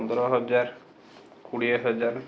ପନ୍ଦର ହଜାର କୋଡ଼ିଏ ହଜାର